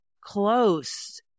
close